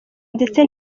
ndetse